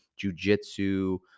jujitsu